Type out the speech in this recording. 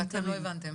ואתם לא הבנתם